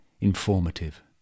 informative